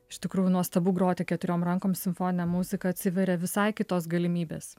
iš tikrųjų nuostabu groti keturiom rankom simfoninę muziką atsiveria visai kitos galimybės